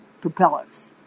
propellers